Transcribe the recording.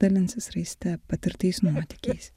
dalinsis raiste patirtais nuotykiais